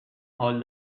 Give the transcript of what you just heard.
حال